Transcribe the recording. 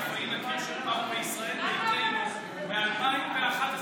פאינה קירשנבאום מישראל ביתנו מ-2011,